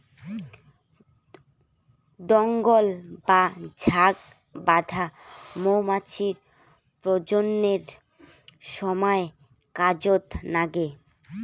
দঙ্গল বা ঝাঁক বাঁধা মৌমাছির প্রজননের সমায় কাজত নাগে